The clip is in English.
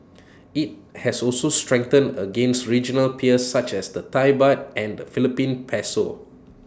IT has also strengthened against regional peers such as the Thai Baht and the Philippine Peso